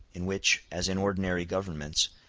in which, as in ordinary governments,